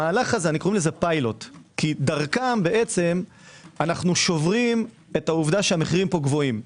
קוראים לזה פילוט כי דרכם אנו שוברים את העובדה שהמחירים פה גבוהים.